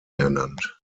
ernannt